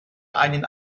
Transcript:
einen